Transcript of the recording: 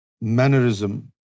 mannerism